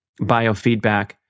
biofeedback